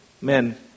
men